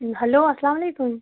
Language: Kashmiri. ہیٚلو اسلام علیکُم